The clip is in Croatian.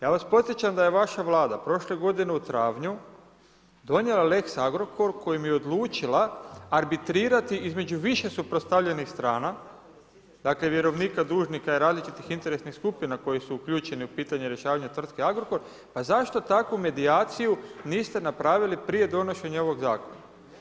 Ja vas podsjećam da je vaša Vlada prošle godine u travnju donijela lex Agrokor kojim je odlučila arbitrirati između više suprostavljenih stran, dakle vjerovnika, dužnika i različitih interesnih skupina koji su uključeni u pitanje rješavanja tvrtke Agrokor, pa zašto takvu medijaciju niste napravili prije donošenja ovog zakona?